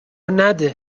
نده